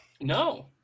No